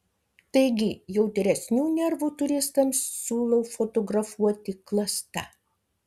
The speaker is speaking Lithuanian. taigi jautresnių nervų turistams siūlau fotografuoti klasta